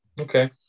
Okay